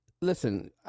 Listen